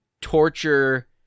torture